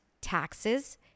taxes